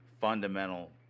fundamental